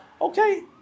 Okay